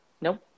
Nope